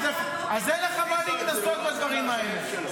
אין לכם מה להתנשא בדברים האלה.